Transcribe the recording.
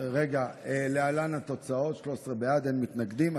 להלן התוצאות: 13 בעד, אין מתנגדים.